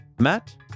Matt